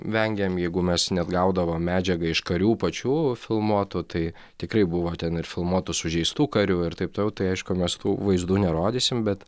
vengiam jeigu mes net gaudavom medžiagą iš karių pačių filmuotų tai tikrai buvo ten ir filmuotų sužeistų karių ir taip toliau tai aišku mes tų vaizdų nerodysim bet